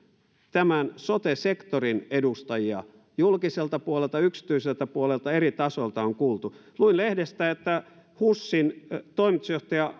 tämän sote sektorin edustajia julkiselta puolelta yksityiseltä puolelta eri tasoilta on kuultu luin lehdestä että husin toimitusjohtaja